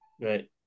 Right